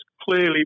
clearly